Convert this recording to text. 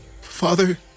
Father